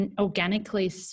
organically